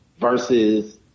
versus